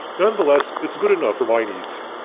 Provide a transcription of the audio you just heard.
nonetheless it's good enough for my needs.